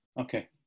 Okay